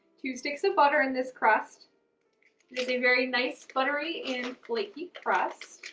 two sticks of butter in this crust, it is a very nice buttery and flaky crust.